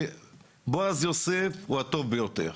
שבועז יוסף הוא הטוב ביותר.